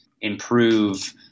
improve